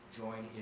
join